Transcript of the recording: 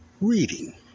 reading